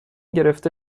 گرفته